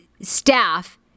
staff